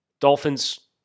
Dolphins